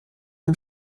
dem